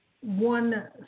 one